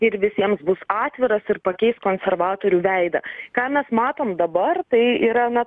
ir visiems bus atviras ir pakeis konservatorių veidą ką mes matom dabar tai yra na